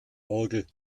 orgel